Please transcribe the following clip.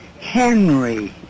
Henry